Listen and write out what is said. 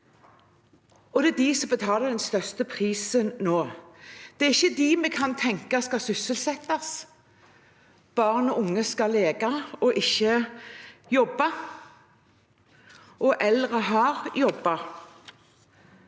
og ensomhet, som betaler den største prisen nå. Det er ikke dem vi tenker skal sysselsettes. Barn og unge skal leke og ikke jobbe, og eldre har jobbet.